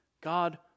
God